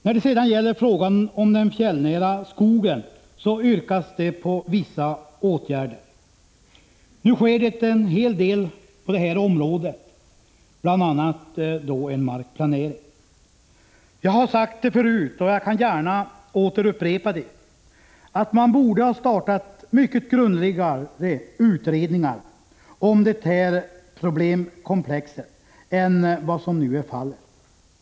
När det sedan gäller frågan om den fjällnära skogen, yrkas det på vissa åtgärder. Nu sker det en hel del på det här området, bl.a. en markplanering. Jag har sagt förut, och jag kan gärna upprepa det, att man borde ha startat mycket grundligare utredningar på det här området än man har gjort.